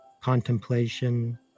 contemplation